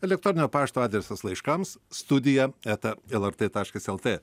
elektroninio pašto adresas laiškams studija eta lrt taškas lt